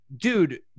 Dude